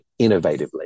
innovatively